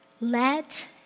let